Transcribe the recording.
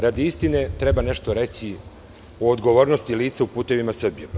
Radi istine, treba nešto reći i o odgovornosti lica u "Putevima Srbije"